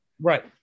right